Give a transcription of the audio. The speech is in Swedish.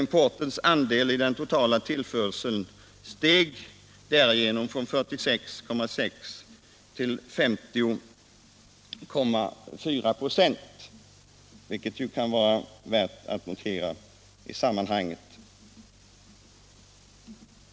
Importens andel i den totala tillförseln steg därigenom från 46,6 till 50,4 926.